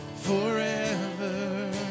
Forever